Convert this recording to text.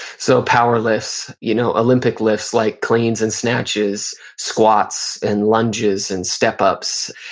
so power lifts, you know ah olympic lifts like cleans and snatches, squats, and lunges, and step-ups.